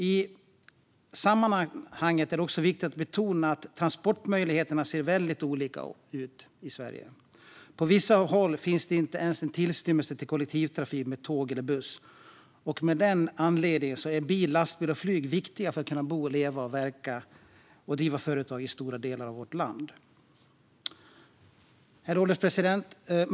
I sammanhanget är det också viktigt att betona att transportmöjligheterna ser väldigt olika ut i Sverige. På vissa håll finns inte ens en tillstymmelse till kollektivtrafik med tåg eller buss, och av den anledningen är bil, lastbil och flyg viktiga för att kunna bo, leva, verka och driva företag i stora delar av vårt land. Herr ålderspresident!